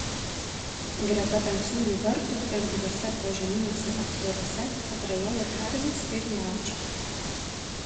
greta tamsiųjų vartų erdviuose požeminiuose aptvaruose atrajoja karvės ir jaučiai